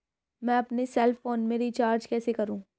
मैं अपने cell phone में रिचार्ज कैसे करूँ?